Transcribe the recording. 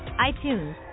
iTunes